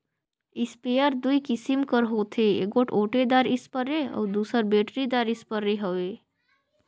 sprayer दूई किसिम कर होथे एगोट ओटेदार इस्परे अउ दूसर बेटरीदार इस्परे हवे